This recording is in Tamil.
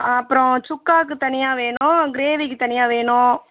அப்புறோம் சுக்காவுக்கு தனியாக வேணும் கிரேவிக்கு தனியாக வேணும்